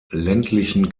ländlichen